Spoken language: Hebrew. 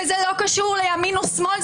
וזה לא קשור לימין או שמאל,